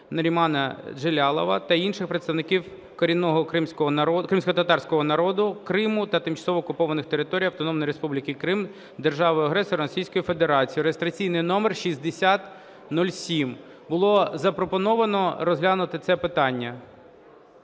Нарімана Джелялова та інших представників корінного кримськотатарського народу Криму на тимчасово окупованій території Автономної Республіки Крим державою-агресором Російською Федерацією (реєстраційний номер 6007). Було запропоновано розглянути це питання.